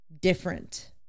different